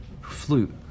Flute